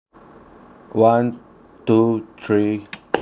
one two three